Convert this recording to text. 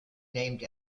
named